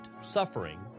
suffering